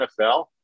NFL